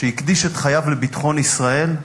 שהקדיש את חייו לביטחון ישראל,